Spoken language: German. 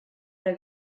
der